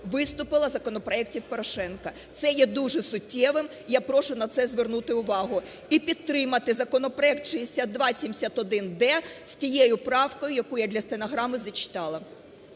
виступила законопроектів Порошенка. Це є дуже суттєвим. І я прошу на це звернути увагу. І підтримати законопроект 6271-д з тією правкою, яку для стенограми зачитала.